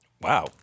wow